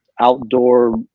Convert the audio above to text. outdoor